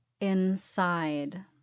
inside